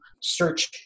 search